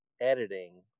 editing